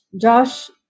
Josh